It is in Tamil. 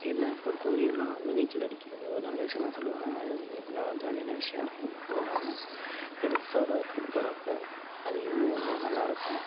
என்னை பொறுத்த வரையும் நான் வந்து நீச்சல் அடிக்கிறதோ நல்ல விஷியம் தான் சொல்லுவேன் அது வந்து எப்பிடின்னா ஒரு ஜாலியான விஷியம் அதுவும் இல்லாமல் ஃப்ரெண்ட்ஸோட போகிறப்ப அது இன்னும் கொஞ்சம் நல்லாயிருக்கும்